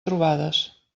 trobades